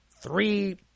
three